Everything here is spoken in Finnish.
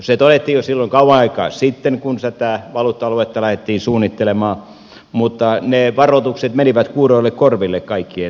se todettiin jo silloin kauan aikaa sitten kun tätä valuutta aluetta lähdettiin suunnittelemaan mutta ne varoitukset menivät kuuroille korville kaikkien tietämällä tavalla